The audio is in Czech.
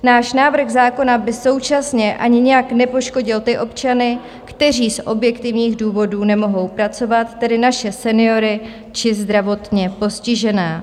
Náš návrh zákona by současně ani nijak nepoškodil ty občany, kteří z objektivních důvodů nemohou pracovat, tedy naše seniory či zdravotně postižené.